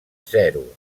zero